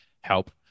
help